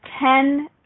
Ten